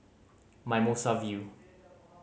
Mimosa View